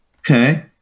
okay